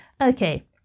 Okay